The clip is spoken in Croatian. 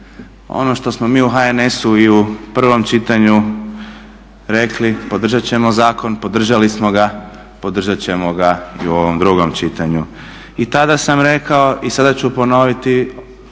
ono što smo mi u HNS-u i u prvom čitanju rekli, podržat ćemo zakon, podržali smo ga, podržat ćemo ga i u ovom drugom čitanju. I tada sam rekao i sada ću ponoviti,